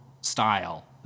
style